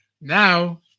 Now